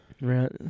Right